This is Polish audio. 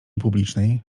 publicznej